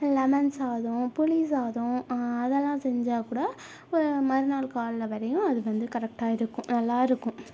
lemon சாதம் புளி சாதம் அதெலாம் செஞ்சால் கூட மறுநாள் காலைல வரையும் அது வந்து கரெக்ட்டாக இருக்கும் நல்லாருக்கும்